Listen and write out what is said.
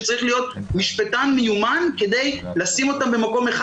שצריך להיות משפטן מיומן כדי לשים אותם במקום אחד